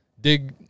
dig